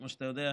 כמו שאתה יודע,